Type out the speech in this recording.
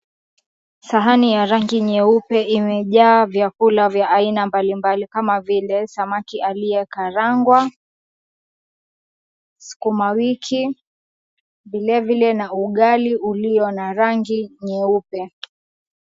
Sahani ya rangi nyeupe imejaa vyakula vya aina mbalimbali kama vile samaki aliye karangwa, sukuma wiki vile vile na ugali ulio na rangi nyeupe.